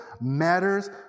matters